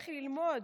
לכי ללמוד.